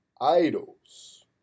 idols